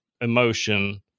emotion